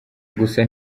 gusa